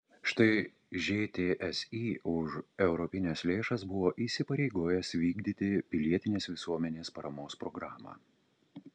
štai žtsi už europines lėšas buvo įsipareigojęs vykdyti pilietinės visuomenės paramos programą